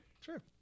Sure